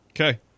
Okay